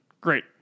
Great